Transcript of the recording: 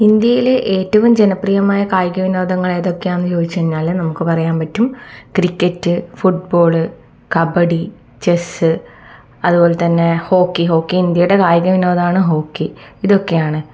ഇന്ത്യയിലെ ഏറ്റവും ജനപ്രിയമായ കായിക വിനോദങ്ങളേതൊക്കെയാണ് ചോദിച്ച് കഴിഞ്ഞാൽ നമുക്ക് പറയാൻ പറ്റും ക്രിക്കറ്റ് ഫുട്ബോള് കബഡി ചെസ്സ് അതുപോലെതന്നെ ഹോക്കി ഹോക്കി ഇന്ത്യയുടെ കായിക വിനോദമാണ് ഹോക്കി ഇതൊക്കെയാണ്